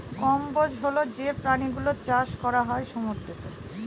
কম্বোজ হল যে প্রাণী গুলোর চাষ করা হয় সমুদ্রতে